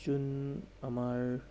যোন আমাৰ